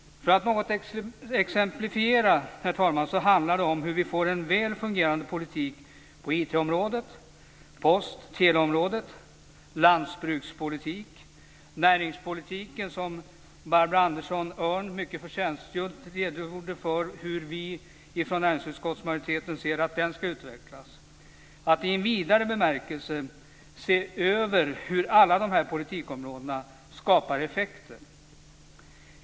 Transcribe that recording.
För att exemplifiera detta handlar det om hur vi får en väl fungerande politik på Andersson Öhrn förtjänstfullt redogjorde för hur vi från näringsutskottets majoritet vill att den ska utvecklas. Det handlar om att i en vidare bemärkelse se över hur alla dessa politikområden skapar effekter.